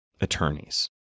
attorneys